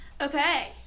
Okay